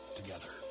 together